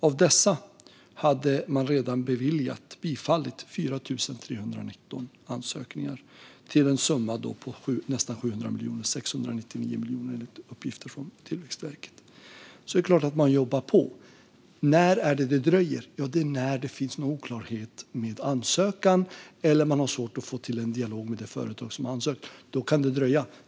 Av dessa hade man redan bifallit 4 319 ansökningar till en summa på 699 miljoner, enligt uppgift från Tillväxtverket. Det är klart att man jobbar på. När blir det fördröjningar? Jo, när det finns oklarheter med ansökan eller när man har svårt att få till en dialog med det företag som har gjort ansökan. Då kan det dröja.